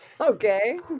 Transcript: okay